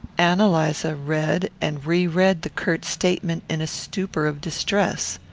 ann eliza read and re-read the curt statement in a stupor of distress.